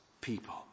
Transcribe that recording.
people